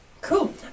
Cool